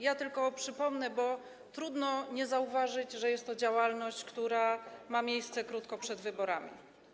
Ja tylko przypomnę, bo trudno nie zauważyć, że jest to działalność, która ma miejsce krótko przed wyborami.